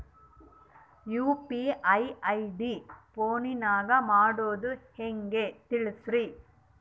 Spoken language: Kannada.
ಯು.ಪಿ.ಐ ಐ.ಡಿ ಫೋನಿನಾಗ ಮಾಡೋದು ಹೆಂಗ ತಿಳಿಸ್ರಿ?